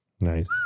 nice